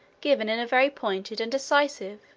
given in a very pointed and decisive,